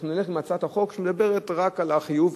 אנחנו נלך עם הצעת החוק שמדברת רק על החיוב,